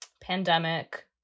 Pandemic